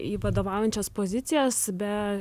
į vadovaujančias pozicijas be